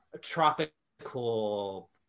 tropical